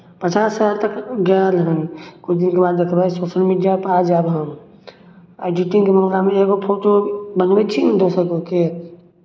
पचास हजार तक गेल हन किछु दिनके बाद देखबै सोशल मीडियापर आ जायब हम एडिटिंगके मामलामे एगो फोटो बनबै छी ने दोसर कोइके